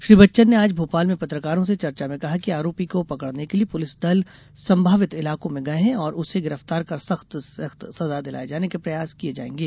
श्री बच्चन ने आज भोपाल में पत्रकारों से चर्चा में कहा कि आरोपी को पकड़ने के लिए पुलिस दल संभावित इलाकों में गये हैं और उसे गिरफ्तार कर सख्त से सख्त सजा दिलाये जाने के प्रयास किये जायेंगे